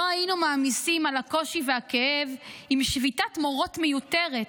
לא היינו מעמיסים על הקושי והכאב עם שביתת מורות מיותרת,